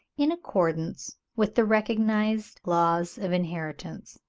in accordance with the recognised laws of inheritance.